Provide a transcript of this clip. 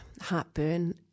heartburn